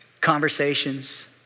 conversations